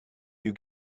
you